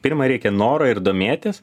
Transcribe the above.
pirma reikia noro ir domėtis